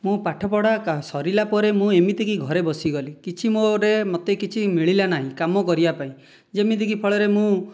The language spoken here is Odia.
ମୁଁ ପାଠପଢ଼ା ସରିଲା ପରେ ମୁଁ ଏମିତି କି ଘରେ ବସିଗଲି କିଛି ମୋ' ଗୋଟିଏ ମୋତେ କିଛି ମିଳିଲା ନାହିଁ କାମ କରିବା ପାଇଁ ଯେମିତି କି ଫଳରେ ମୁଁ